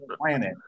planet